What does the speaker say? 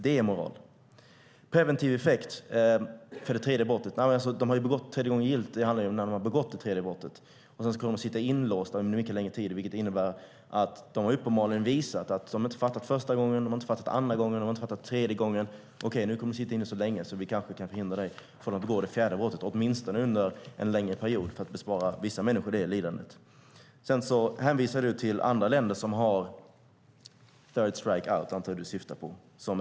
När det gäller preventiv effekt för det tredje brottet handlar det ju om när de har begått det tredje brottet. Då ska de sitta inlåsta under mycket längre tid. De har uppenbarligen inte fattat den första gången, de har inte fattat den andra gången och de har inte fattat den tredje gången. Okej, då kommer de att sitta inne så länge att vi kanske kan förhindra att de begår det fjärde brottet för att bespara vissa människor det lidandet. Johan Linander hänvisar till andra länder som har Three Strikes and You're Out. Jag antar att han syftar på det.